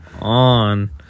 on